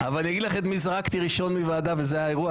אגיד את מי זרקתי ראשון מוועדה וזה היה אירוע,